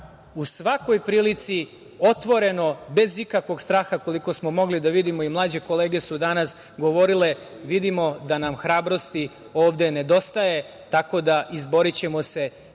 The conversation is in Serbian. u svakoj prilici, otvoreno, bez ikakvog straha, koliko smo mogli da vidimo i mlađe kolege su danas govorile, vidimo da nam hrabrosti ovde ne nedostaje, tako da ćemo se